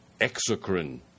exocrine